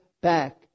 back